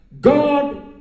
God